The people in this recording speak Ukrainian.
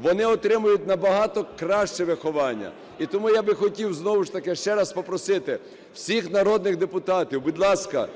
вони отримують набагато краще виховання. І тому я би хотів знову ж таки ще раз попросити всіх народних депутатів: будь ласка,